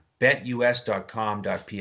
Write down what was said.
betus.com.pa